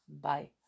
bye